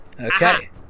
Okay